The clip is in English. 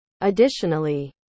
Additionally